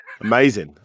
amazing